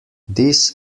this